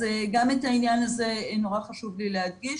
אז גם את העניין הזה נורא חשוב לי להדגיש.